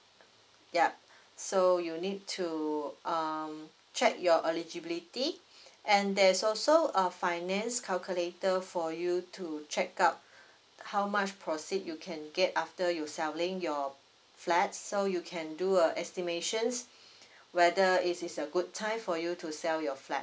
yup so you need to um check your eligilbility and there's also a finance calculator for you to check out how much proceed you can get after you selling your flat so you can do a estimations whether it is a good time for you to sell your flat